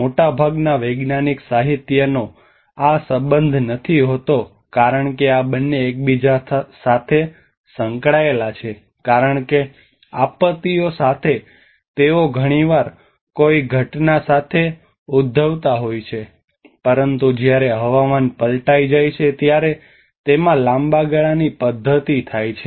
મોટાભાગના વૈજ્ઞાનિક સાહિત્ય નો આ સંબંધ નથી હોતો કારણ કે આ બંને એકબીજા સાથે સંકળાયેલા છે કારણ કે આપત્તિઓ સાથે તેઓ ઘણીવાર કોઈ ઘટના સાથે ઉદ્ભવતા હોય છે પરંતુ જ્યારે હવામાન પલટાઈ જાય છે ત્યારે તેમાં લાંબા ગાળાની પદ્ધતિ થાઇ છે